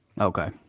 Okay